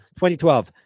2012